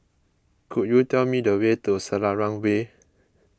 could you tell me the way to Selarang Way